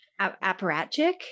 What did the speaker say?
apparatchik